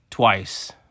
Twice